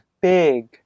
Big